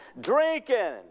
drinking